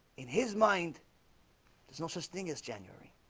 in his mind there's no such thing as january.